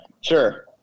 Sure